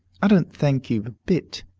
i don't thank you a bit.